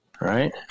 Right